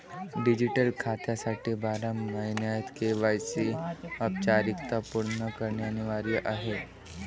digital खात्यासाठी बारा महिन्यांत के.वाय.सी औपचारिकता पूर्ण करणे अनिवार्य आहे